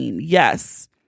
yes